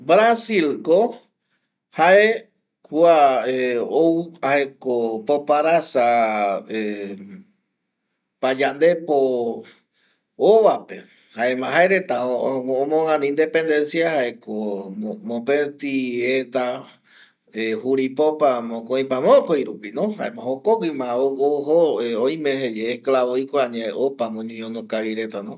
Brasilko jae kua ou jaeko poparasa payandepo ovape jaema jaereta omogäna independencia jaeko mopeti eta juripopa mokoipa mokoi rupino jaema jokoguima ou ojo oime esclavo oiko añae opama oñeñono kavi retano